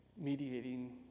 mediating